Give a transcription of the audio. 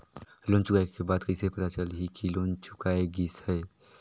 Loan चुकाय के बाद कइसे पता चलही कि लोन चुकाय गिस है?